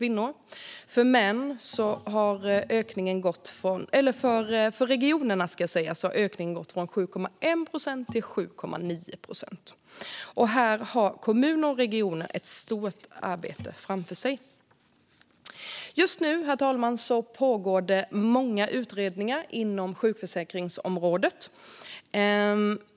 I regionerna var motsvarande ökning från 7,1 procent till 7,9 procent. Här har kommuner och regioner ett stort arbete framför sig. Just nu, herr talman, pågår det många utredningar inom sjukförsäkringsområdet.